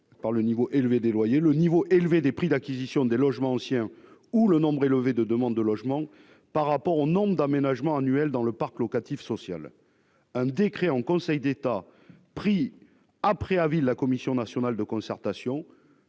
des niveaux élevés des loyers et des prix d'acquisition des logements anciens, ou encore du nombre élevé des demandes de logement par rapport au nombre d'emménagements annuels dans le parc locatif social -, un décret en Conseil d'État, pris après avis de la Commission nationale de concertation,